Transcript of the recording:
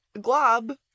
glob